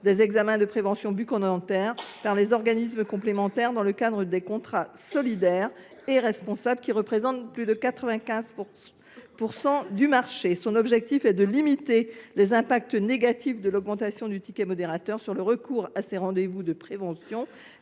des examens de prévention bucco dentaire par les organismes complémentaires dans le cadre des contrats solidaires et responsables, qui représentent plus de 95 % du marché. Son objectif est de limiter les répercussions négatives de l’augmentation du ticket modérateur sur le recours à ces rendez vous de prévention,